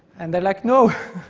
and they're like, no.